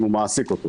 אם הוא מעסיק את האדם.